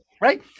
Right